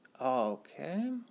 Okay